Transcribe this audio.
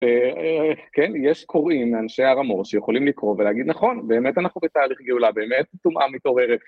כן, יש קוראים, אנשי הר המור שיכולים לקרוא ולהגיד נכון, באמת אנחנו בתהליך גאולה, באמת טומאה מתעוררת.